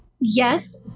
Yes